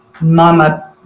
mama